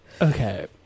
Okay